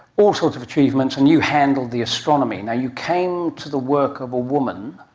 all sorts of achievements, and you handled the astronomy. and you came to the work of a woman,